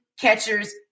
Catchers